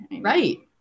Right